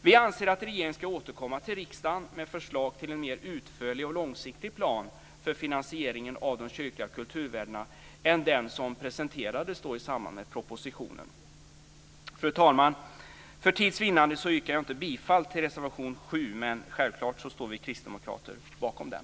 Vi anser att regeringen ska återkomma till riksdagen med förslag till en mer utförlig och långsiktig plan för finansieringen av de kyrkliga kulturvärdena än den som presenterades i samband med propositionen. Fru talman! För tids vinnande yrkar jag inte bifall till reservation 7, men vi kristdemokrater står självklart bakom den.